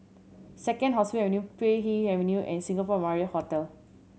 Second Hospital Avenue Puay Hee Avenue and Singapore Marriott Hotel